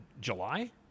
July